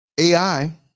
AI